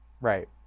Right